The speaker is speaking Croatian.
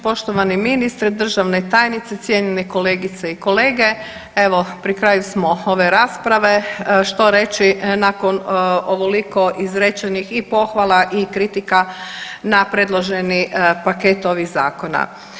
Poštovani ministre, državne tajnice, cjenjene kolegice i kolege, evo pri kraju smo ove rasprave, što reći nakon ovoliko izrečenih i pohvala i kritika na predloženi paket ovih zakona.